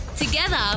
Together